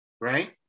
right